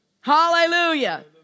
Hallelujah